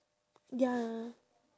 ya